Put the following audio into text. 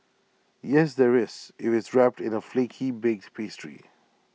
yes there is if it's wrapped in A flaky baked pastry